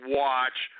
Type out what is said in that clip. watch